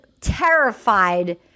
terrified